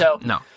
no